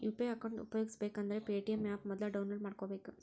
UPI account ಉಪಯೋಗಿಸಬೇಕಂದ್ರ Paytm app ಮೊದ್ಲ download ಮಾಡ್ಕೋಬೇಕು